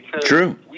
True